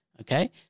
okay